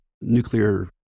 nuclear